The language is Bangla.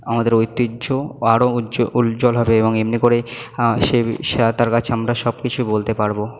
আমাদের ঐতিহ্য আরো উজ্জ্বল হবে এবং এমনি করে সে তার কাছে আমরা সব কিছু বলতে পারবো